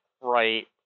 right